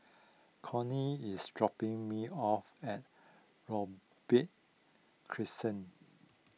Cony is dropping me off at Robey Crescent